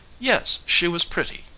yes, she was pretty,